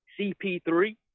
CP3